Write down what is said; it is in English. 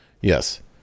Yes